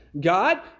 God